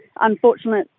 unfortunately